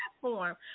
platform